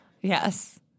Yes